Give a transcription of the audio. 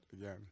again